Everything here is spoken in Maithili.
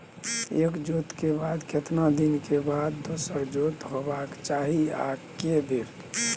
एक जोत के बाद केतना दिन के बाद दोसर जोत होबाक चाही आ के बेर?